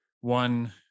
one